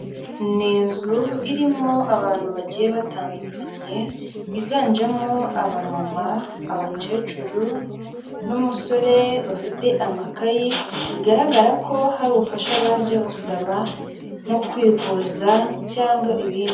Ni inzu irimo abantu bagiye batandukanye yiganjemo abamama, abakececuru n'umusore, bafite amakayi bigaragara ko hari ubufasha baje gusaba nko kwivuza cyangwa ibindi.